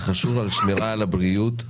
של שמירה על הבריאות.